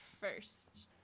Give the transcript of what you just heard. first